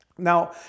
Now